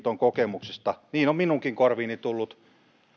kokemuksista niin on on minunkin korviini tullut